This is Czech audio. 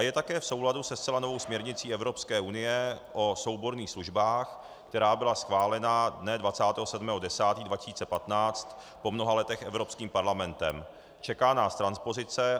Je také v souladu se zcela novou směrnicí Evropské unie o souborných službách, která byla schválena dne 27. 10. 2015 po mnoha letech Evropským parlamentem, čeká nás transpozice.